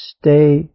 stay